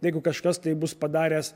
jeigu kažkas tai bus padaręs